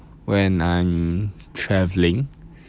when I'm travelling